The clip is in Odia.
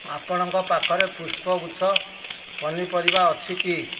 ଆପଣଙ୍କ ପାଖରେ ପୁଷ୍ପଗୁଚ୍ଛ ପନିପରିବା ଅଛି କି